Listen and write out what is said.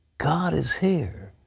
god is here.